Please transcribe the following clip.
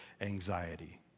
anxiety